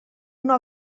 una